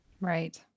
Right